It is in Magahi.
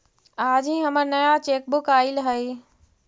आज ही हमर नया चेकबुक आइल हई